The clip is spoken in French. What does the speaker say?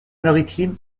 maritime